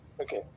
Okay